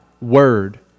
word